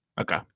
Okay